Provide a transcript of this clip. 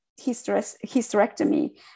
hysterectomy